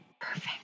Perfect